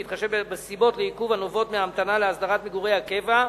בהתחשב בסיבות לעיכוב הנובעות מהמתנה להסדרת מגורי הקבע,